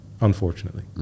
unfortunately